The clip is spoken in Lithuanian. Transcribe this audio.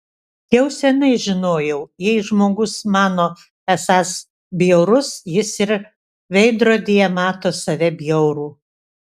jau seniai žinojau jei žmogus mano esąs bjaurus jis ir veidrodyje mato save bjaurų